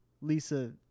Lisa